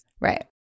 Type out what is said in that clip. Right